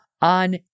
on